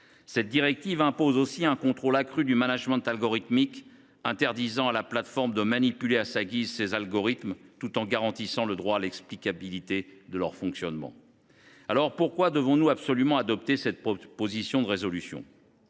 Cette directive impose aussi un contrôle accru du management algorithmique, interdisant à la plateforme de manipuler à sa guise ses algorithmes, tout en garantissant le droit à recevoir une explication quant à leur fonctionnement. Aussi, pourquoi devons nous absolument adopter cette proposition de résolution,